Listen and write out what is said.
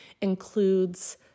includes